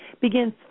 begins